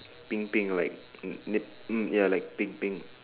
pink pink like pink ya like pink pink